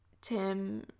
Tim